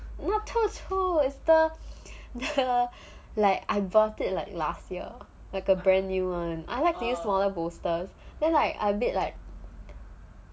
not 臭臭 is the the like I bought it like last year like a brand new and I like to use smaller bolster then like a bit like